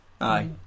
Aye